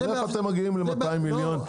איך אתם מגיעים ל-200 מיליון,